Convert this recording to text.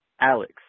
Alex